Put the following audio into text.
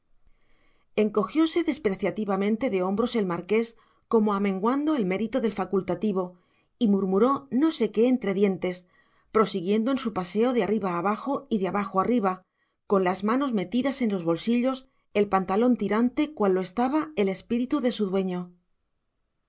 encogióse despreciativamente de hombros el marqués como amenguando el mérito del facultativo y murmuró no sé qué entre dientes prosiguiendo en su paseo de arriba abajo y de abajo arriba con las manos metidas en los bolsillos el pantalón tirante cual lo estaba el espíritu de su dueño